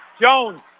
Jones